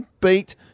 beat